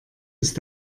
ist